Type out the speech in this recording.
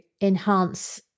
enhance